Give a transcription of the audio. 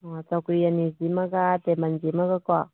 ꯑꯣ ꯆꯧꯀ꯭ꯔꯤ ꯑꯅꯤꯁꯤꯃꯒ ꯇꯦꯕꯜꯁꯤꯃꯒꯀꯣ